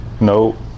No